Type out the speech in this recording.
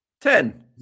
Ten